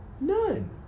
none